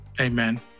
Amen